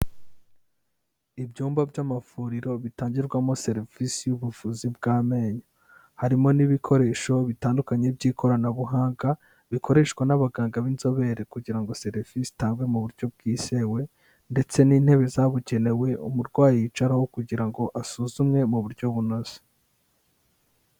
Ibyumba by'amavuriro bitangirwamo serivisi y'ubuvuzi bw'amenyo, harimo n'ibikoresho bitandukanye by'ikoranabuhanga bikoreshwa n'abaganga b'inzobere kugira ngo serivisi itangwe mu buryo bwizewe ndetse n'intebe zabugenewe umurwayi yicaraho kugira ngo asuzumwe mu buryo bunoze.